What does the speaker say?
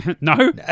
no